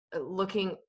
looking